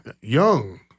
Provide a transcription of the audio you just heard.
Young